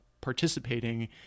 participating